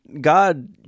God